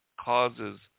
causes